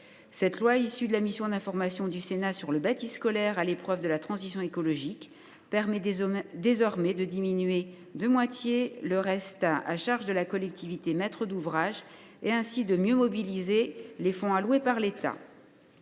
Cette loi, issue de la mission d’information du Sénat sur le bâti scolaire à l’épreuve de la transition écologique, permet désormais de diminuer de moitié le reste à charge de la collectivité maître d’ouvrage et, ainsi, de mieux mobiliser les fonds alloués par l’État.